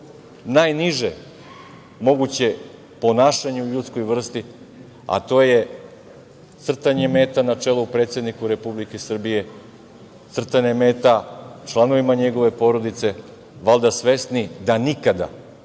najniže moguće ponašanje u ljudskoj vrsti, a to je crtanje meta na čelu predsednika Republike Srbije, crtanje meta članovima njegove porodice, valjda svesni da nikada